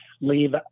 leave